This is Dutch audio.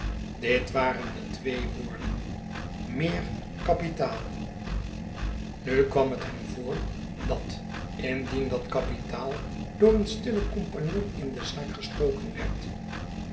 dit waren de twee woorden meer kapitaal nukwam het hem voor dat indien dat kapitaal door een stillen compagnon in de zaak gestoken werd